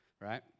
right